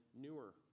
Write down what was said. newer